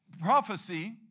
prophecy